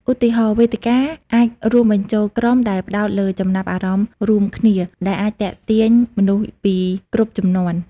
ឧទាហរណ៍ វេទិកាអាចរួមបញ្ចូលក្រុមដែលផ្តោតលើចំណាប់អារម្មណ៍រួមគ្នាដែលអាចទាក់ទាញមនុស្សពីគ្រប់ជំនាន់។